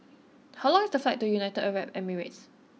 how long is the flight to United Arab Emirates